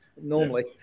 normally